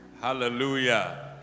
Hallelujah